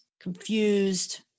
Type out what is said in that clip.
confused